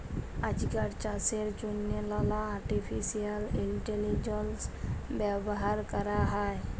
আইজকাল চাষের জ্যনহে লালা আর্টিফিসিয়াল ইলটেলিজেলস ব্যাভার ক্যরা হ্যয়